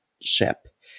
ship